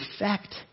effect